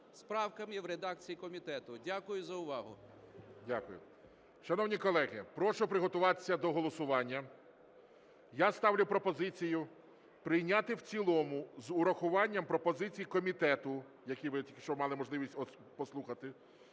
правками в редакції комітету. Дякую за увагу. ГОЛОВУЮЧИЙ. Дякую. Шановні колеги, прошу приготуватися до голосування. Я ставлю пропозицію прийняти в цілому, з урахуванням пропозицій комітету, які ви мали можливість послухати,